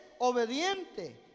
obediente